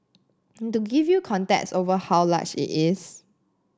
and to give you context over how large it is